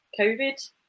covid